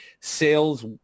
sales